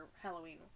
Halloween